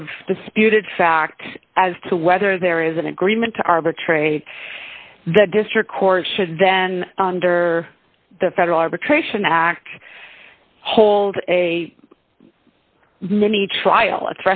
of disputed fact as to whether there is an agreement to arbitrate the district court should then under the federal arbitration act hold a mini trial a